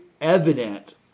evident